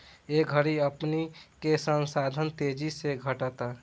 ए घड़ी पानी के संसाधन तेजी से घटता